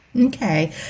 Okay